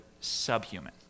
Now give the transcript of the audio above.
subhuman